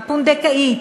הפונדקאית,